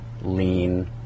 lean